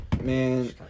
Man